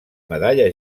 medalla